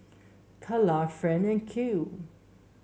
Calla Friend and Kale